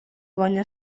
banya